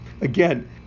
Again